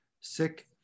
Sick